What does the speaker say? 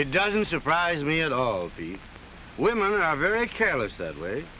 it doesn't surprise me at all the women are very careless that way